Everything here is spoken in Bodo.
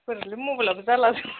बोरोलै मबाइलाबो जाला